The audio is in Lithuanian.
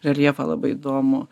reljefą labai įdomų